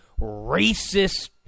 racist